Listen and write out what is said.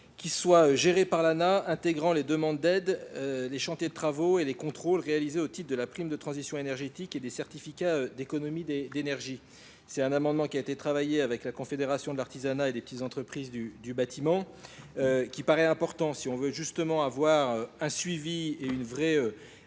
qui soit géré par l'ANA, intégrant les demandes d'aide, les chantiers de travaux et les contrôles réalisés au titre de la prime de transition énergétique et des certificats d'économie d'énergie. C'est un amendement qui a été travaillé avec la Confédération de l'Artisanat et des petites entreprises du bâtiment, qui paraît important si on veut justement avoir un suivi et une vraie